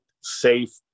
safe